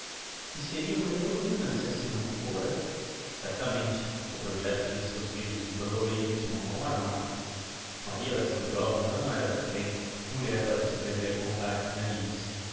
e seria uma heroina se assim não fôra certamente o projecto tinha seus visos de bandoleirismo á mão armada maria alexandrovna não era porém mulher para se prender com taes